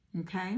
Okay